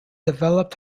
developed